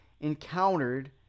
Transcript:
encountered